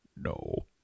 No